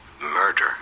Murder